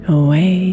away